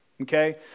Okay